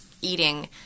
eating